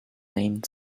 named